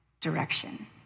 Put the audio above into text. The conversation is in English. direction